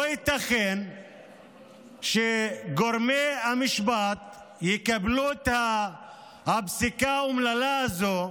לא ייתכן שגורמי המשפט יקבלו את הפסיקה האומללה הזו,